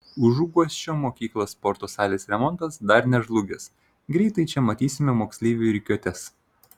užuguosčio mokyklos sporto salės remontas dar nežlugęs greitai čia matysime moksleivių rikiuotes